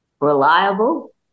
reliable